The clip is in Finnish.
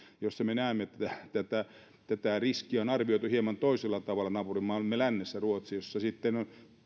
jossa me me näemme että tätä riskiä on arvioitu hieman toisella tavalla naapurimaamme lännessä ruotsi jossa sitten